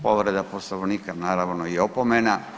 Povreda Poslovnika naravno i opomena.